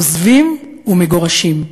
עוזבים ומגורשים.